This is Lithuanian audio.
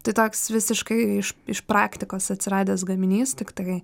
tai toks visiškai iš iš praktikos atsiradęs gaminys tiktai